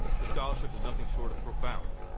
her scholarship is nothing short of profound.